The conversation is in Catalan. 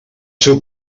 seu